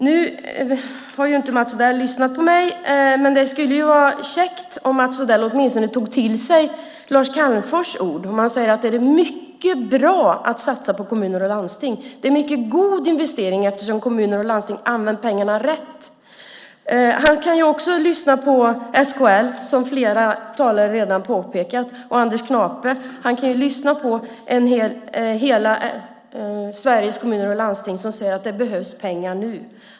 Nu har inte Mats Odell lyssnat på mig, men det skulle vara käckt om Mats Odell åtminstone tog till sig Lars Calmfors ord. Han säger att det är mycket bra att satsa på kommuner och landsting. Det är en mycket god investering eftersom kommuner och landsting använder pengarna rätt. Han kan också lyssna på SKL, som flera talare redan har påpekat, och Anders Knape. Han kan lyssna på hela Sveriges Kommuner och Landsting som säger att det behövs pengar nu.